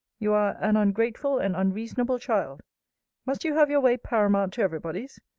you are an ungrateful and unreasonable child must you have your way paramount to every body's?